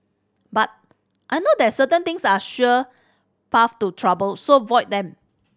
but I know that certain things are sure paths to trouble so void them